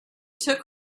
took